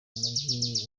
mujyi